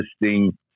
interesting